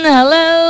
Hello